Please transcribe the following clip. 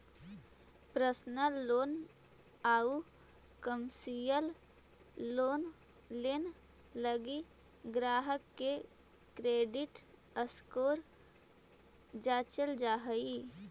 personal loan आउ commercial loan लगी ग्राहक के क्रेडिट स्कोर जांचल जा हइ